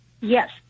Yes